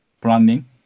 planning